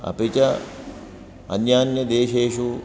अपि च अन्यान्यदेशेषु